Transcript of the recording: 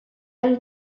and